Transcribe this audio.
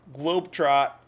Globetrot